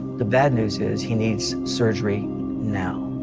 the bad news is, he needs surgery now.